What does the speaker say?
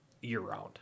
year-round